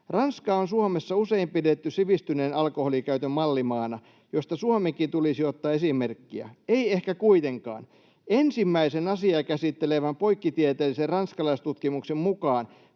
”Ranskaa on Suomessa usein pidetty sivistyneen alkoholinkäytön mallimaana, josta Suomenkin tulisi ottaa esimerkkiä. Ei ehkä kuitenkaan. Ensimmäisen asiaa käsittelevän poikkitieteellisen ranskalaistutkimuksen mukaan